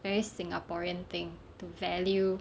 very singaporean thing to value